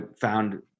found